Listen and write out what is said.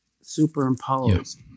superimposed